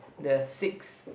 the sixth